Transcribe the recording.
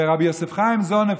ורבי יוסף חיים זוננפלד,